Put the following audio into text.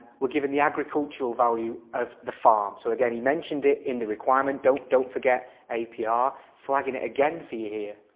we're given the agricultural value of the farm. so again we mentioned it in the requirement don't don't forget apr flagging it again for you here.